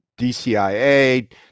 DCIA